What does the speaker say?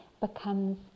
becomes